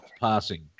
passing